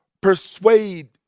persuade